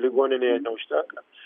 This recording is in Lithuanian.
ligoninėje neužtenka